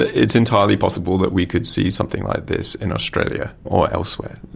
it's entirely possible that we could see something like this in australia or elsewhere,